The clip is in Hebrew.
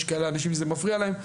יש כאלה אנשים שזה מפריע להם,